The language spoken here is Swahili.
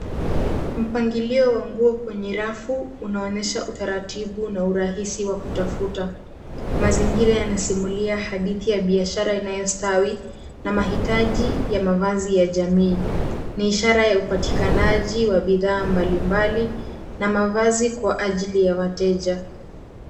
Mpangilio wa nguo kwenye rafu unaonyesha utaratibu na urahisi wa kutafuta. Mazingira yanasimulia hadithi ya biashara inayostawi na mahitaji ya mavazi ya jamii. Ni ishara ya upatikanaji wa bidhaa mbalimbali na mavazi kwa ajili ya wateja.